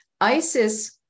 Isis